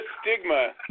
stigma